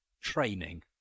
Training